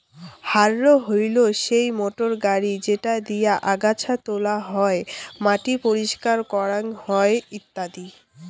harrow হইলো সেই motor গাড়ি যেটা দিয়ে আগাছা তোলা হই, মাটি পরিষ্কার করাং হই ইত্যাদি